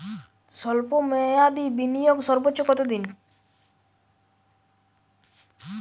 স্বল্প মেয়াদি বিনিয়োগ সর্বোচ্চ কত দিন?